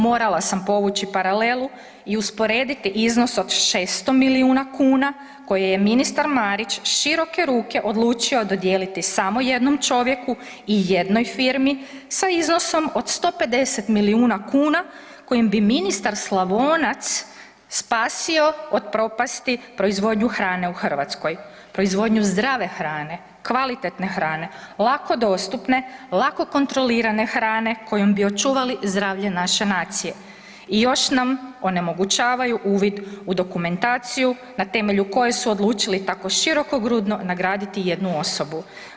Morala sam povući paralelu i usporediti iznos od 600 milijuna kuna koje je ministar Marić široke ruke odlučio dodijeliti samo jednom čovjeku i jednoj firmi sa iznosom od 150 milijuna kuna kojim bi ministar Slavonac spasio od propasti proizvodnju hrane u Hrvatskoj, proizvodnju zdrave hrane, kvalitetne hrane, lako dostupne, lako kontrolirane hrane kojom bi očuvali zdravlje naše nacije i još nam ne omogućavaju uvid u dokumentaciju na temelju koje su odlučili tako širokogrudno nagraditi jednu osobu.